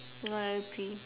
ya I agree